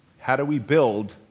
how do we build